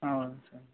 ah okay sir